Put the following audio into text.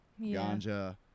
ganja